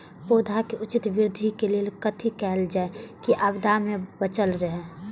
पौधा के उचित वृद्धि के लेल कथि कायल जाओ की आपदा में बचल रहे?